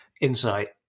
Insight